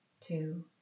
two